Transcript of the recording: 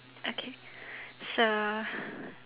okay so